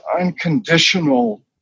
unconditional